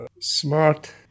smart